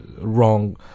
wrong